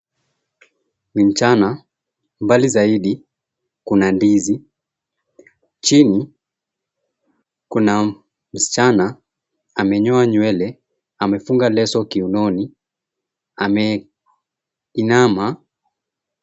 Ni mchana mbali zaidi kuna ndizi chini kuna msichana amenyoa nywele amefunga leso kiunoni ameinama.